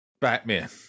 Batman